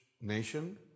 nation